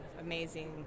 amazing